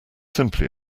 simply